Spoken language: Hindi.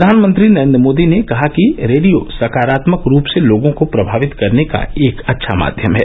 प्रधानमंत्री नरेंद्र मोदी ने कहा कि रेडियो सकारात्मक रूप से लोगों को प्रभावित करने का एक अच्छा माध्यम है